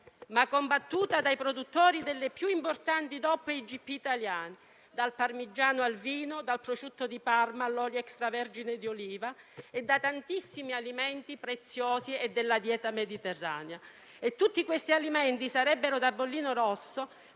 ma è combattuta dai produttori delle più importanti DOP e IGP italiane, dal parmigiano al vino, dal prosciutto di Parma all'olio extravergine di oliva e da tantissimi alimenti preziosi della dieta mediterranea. Tutti questi alimenti sarebbero da bollino rosso